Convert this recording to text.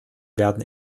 werden